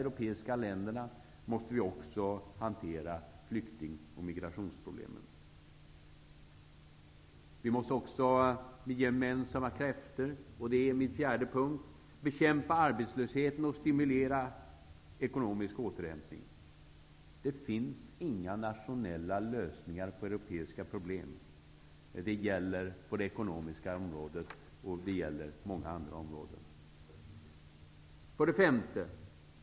Vi måste också med gemensamma krafter bekämpa arbetslösheten och stimulera ekonomisk återhämtning. Det finns inga nationella lösningar på europeiska problem. Det gäller det ekonomiska området och det gäller många andra områden. 5.